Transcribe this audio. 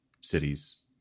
cities